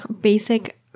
basic